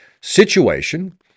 situation